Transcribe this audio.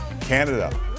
Canada